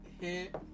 hit